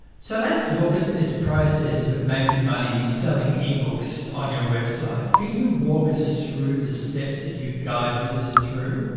so lets look at this process of making money selling ebooks on your website. can you walk us through the steps that you guide visitors through?